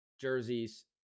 jerseys